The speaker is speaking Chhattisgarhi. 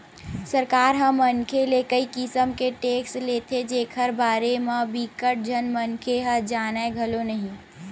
सरकार ह मनखे ले कई किसम ले टेक्स लेथे जेखर बारे म बिकट झन मनखे ह जानय घलो नइ